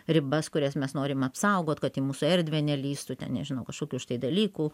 ribas kurias mes norim apsaugot kad į mūsų erdvę nelįstų ten nežinau kažkokių štai dalykų